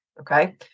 Okay